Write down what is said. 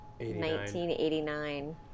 1989